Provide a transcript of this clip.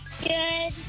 Good